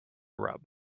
rub